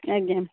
ଆଜ୍ଞା